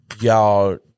y'all